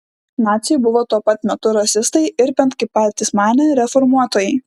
naciai buvo tuo pat metu rasistai ir bent kaip patys manė reformuotojai